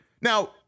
now